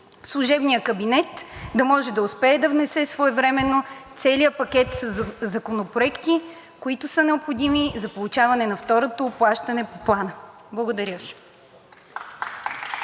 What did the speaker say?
служебният кабинет да може да успее да внесе своевременно целия пакет със законопроекти, които са необходими за получаване на второто плащане по Плана. Благодаря Ви.